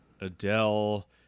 Adele